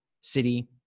city